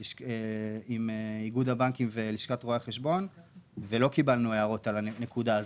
- עם איגוד בנקים ולשכת רואי חשבון ולא קיבלנו הערות על הנקודה הזאת.